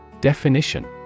Definition